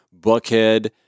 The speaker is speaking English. Buckhead